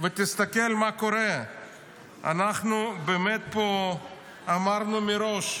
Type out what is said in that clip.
תסתכל מה קורה, מראש,